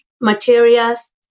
materials